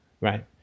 right